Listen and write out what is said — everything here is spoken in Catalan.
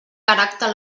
caràcter